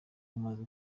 mumaze